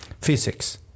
physics